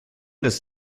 des